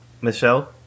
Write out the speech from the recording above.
Michelle